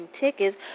tickets